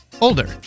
Older